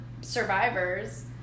survivors